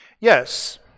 Yes